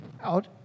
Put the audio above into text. Out